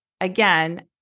again